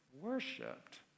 worshipped